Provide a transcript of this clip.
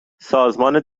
سازمان